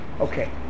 Okay